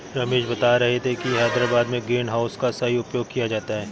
रमेश बता रहे थे कि हैदराबाद में ग्रीन हाउस का सही उपयोग किया जाता है